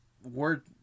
word